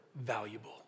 valuable